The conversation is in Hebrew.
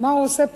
מה הוא עושה פה?